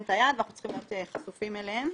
את היד ואנחנו צריכים להיות חשופים אליהן.